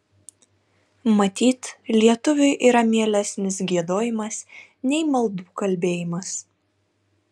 matyt lietuviui yra mielesnis giedojimas nei maldų kalbėjimas